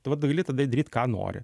tai vat gali tada eit daryt ką nori